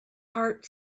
heart